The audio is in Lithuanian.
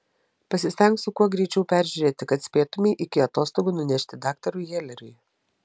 pasistengsiu kuo greičiau peržiūrėti kad spėtumei iki atostogų nunešti daktarui heleriui